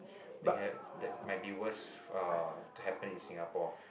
that might be worst uh to happen in Singapore